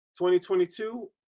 2022